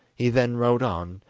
he then rode on,